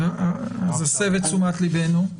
אז הסב את תשומת ליבנו.